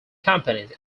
companies